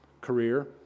Career